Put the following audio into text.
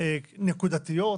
נקודתיות